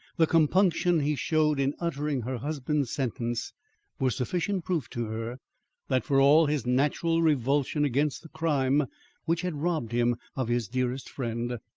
the compunction he showed in uttering her husband's sentence were sufficient proof to her that for all his natural revulsion against the crime which had robbed him of his dearest friend,